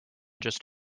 just